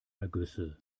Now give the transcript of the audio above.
ergüsse